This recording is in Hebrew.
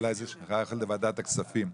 אולי זה שייך לוועדת הכספים.